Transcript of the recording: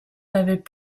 n’avaient